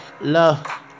love